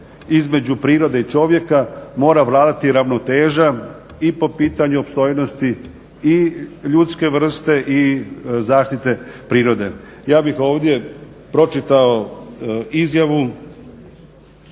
između prirode i čovjeka mora vladati ravnoteža i po pitanju opstojnosti i ljudske vrste i zaštite prirode. Ja bih ovdje pročitao izjavu